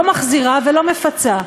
לא מחזירה ולא מפצה?